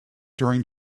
during